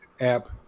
app